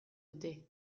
dute